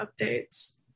updates